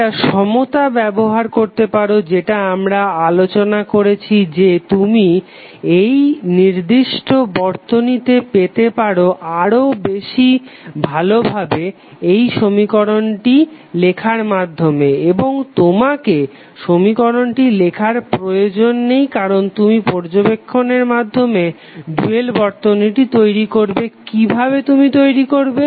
তুমি একটা সমতা ব্যবহার করতে পারো যেটা আমরা আলোচনা করেছি যে তুমি এই নির্দিষ্ট বর্তনীটি পেতে পারো আরও বেশি ভ্ল ভাবে এই সমীকরণটি লখার মাধ্যমে এবং তোমাকে সমীকরণটি লেখার প্রয়োজন নেই কারণ তুমি পর্যবেক্ষণের মাধ্যমে ডুয়াল বর্তনীটি তৈরি করবে কিভাবে তুমি করবে